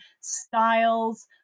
styles